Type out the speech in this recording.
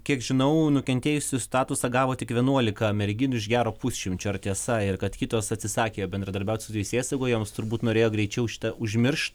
kiek žinau nukentėjusių statusą gavo tik vienuolika merginų iš gero pusšimčio ar tiesa ir kad kitos atsisakė bendradarbiauti su teisėsauga joms turbūt norėjo greičiau šitą užmiršt